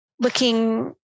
Looking